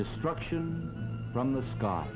destruction from the sky